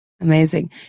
amazing